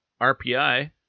RPI